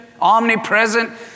omnipresent